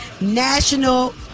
National